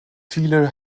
viele